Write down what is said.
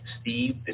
Steve